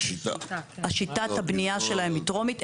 שיטת הבנייה שלהם היא טרומית.